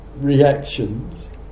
reactions